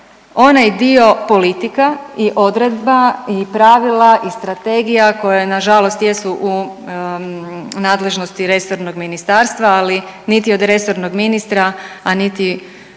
onaj dio politika i odredba i pravila i strategija koje na žalost jesu u nadležnosti resornog ministarstva, ali niti od resornog ministra, a niti od